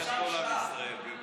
אני מברך את כל עם ישראל בבריאות.